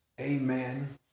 amen